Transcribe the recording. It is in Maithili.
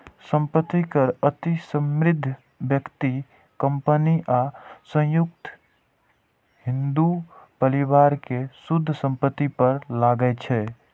संपत्ति कर अति समृद्ध व्यक्ति, कंपनी आ संयुक्त हिंदू परिवार के शुद्ध संपत्ति पर लागै छै